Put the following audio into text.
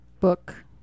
book